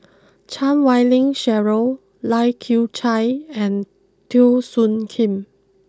Chan Wei Ling Cheryl Lai Kew Chai and Teo Soon Kim